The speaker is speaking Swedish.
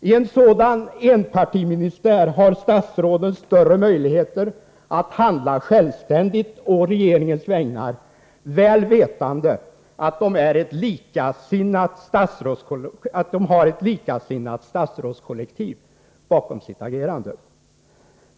I en sådan enpartiministär har statsråden större möjligheter att handla självständigt å regeringens vägnar, väl vetande att de har ett likasinnat statsrådskollektiv bakom sitt agerande.